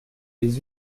les